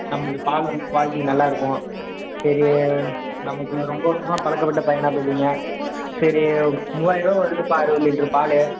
நம்மளது பால் வந்து க்வாலிட்டி நல்லா இருக்கும் சரி நமக்கு ரொம்ப வருஷமா பழக்கப்பட்ட பையனாக போய்விட்டீங்க சரி மூவாயிரம் ரூபா வருதுப்பா அறுபது லிட்ரு பால்